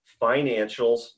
financials